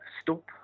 stop